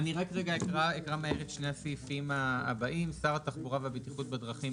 (ב) שר התחבורה והבטיחות בדרכים,